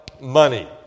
Money